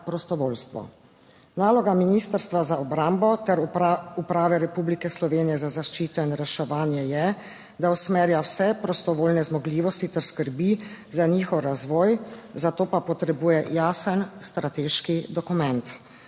prostovoljstvo. Naloga Ministrstva za obrambo ter Uprave Republike Slovenije za zaščito in reševanje je, da usmerja vse prostovoljne zmogljivosti ter skrbi za njihov razvoj, za to pa potrebuje jasen strateški dokument.